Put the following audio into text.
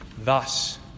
Thus